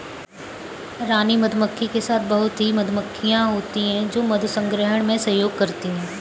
रानी मधुमक्खी के साथ बहुत ही मधुमक्खियां होती हैं जो मधु संग्रहण में सहयोग करती हैं